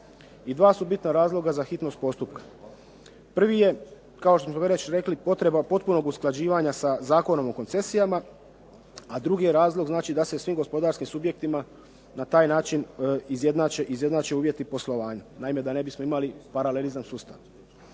I dva su bitna razloga za hitnost postupka. Prvi je, kao što smo već rekli, potreba potpunog usklađivanja sa Zakonom o koncesijama, a drugi je razlog znači da se svim gospodarskim subjektima na taj način izjednače uvjeti poslovanja, naime da ne bismo imali paralelizam sustav.